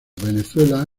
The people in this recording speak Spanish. venezuela